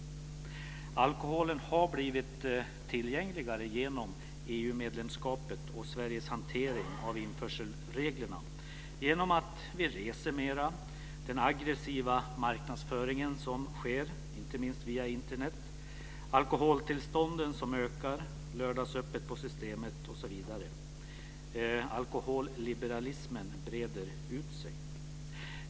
Alkoholen har blivit tillgängligare genom EU medlemskapet och Sveriges hantering av införselreglerna, genom att vi reser mer, den aggressiva marknadsföring som sker inte minst via Internet, alkoholtillstånden som ökar, lördagsöppet på Systemet osv. Alkoholliberalismen breder ut sig.